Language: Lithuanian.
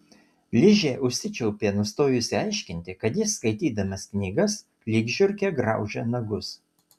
ližė užsičiaupė nustojusi aiškinti kad jis skaitydamas knygas lyg žiurkė graužia nagus